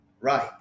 right